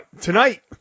tonight